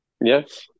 Yes